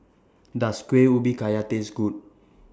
Does Kueh Ubi Kayu Taste Good